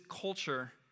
culture